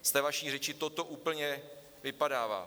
Z té vaší řeči toto úplně vypadává.